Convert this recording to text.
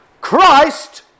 Christ